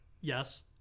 Yes